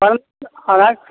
अढ़ाइ कि